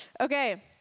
Okay